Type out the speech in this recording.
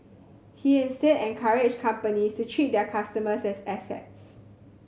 he instead encouraged companies to treat their customers as assets